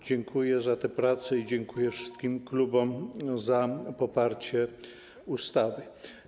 Dziękuję za te prace i dziękuję wszystkim klubom za poparcie projektu ustawy.